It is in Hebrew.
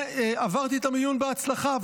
ועברתי את המיון בהצלחה.